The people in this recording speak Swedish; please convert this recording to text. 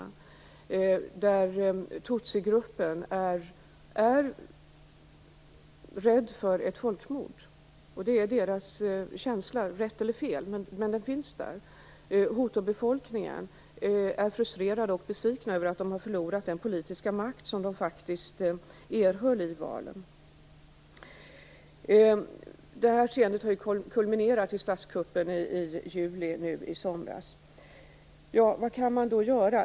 Tutsigruppen är rädd för ett folkmord. Rätt eller fel är det en känsla som finns där. Hutubefolkningen är frustrerad och besviken över att den har förlorat den politiska makt som den faktiskt erhöll vid valen. Skeendet har kulminerat i statskuppen i juli i somras. Vad kan man då göra?